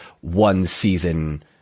one-season